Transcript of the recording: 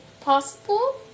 possible